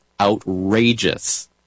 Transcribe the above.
outrageous